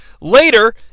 Later